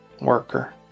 worker